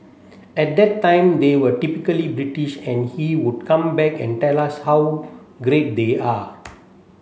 at that time they were typically British and he would come back and tell us how great they are